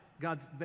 God's